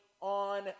on